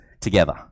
together